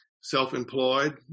self-employed